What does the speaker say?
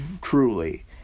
truly